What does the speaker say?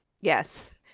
Yes